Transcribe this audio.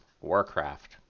Warcraft